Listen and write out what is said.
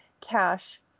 cash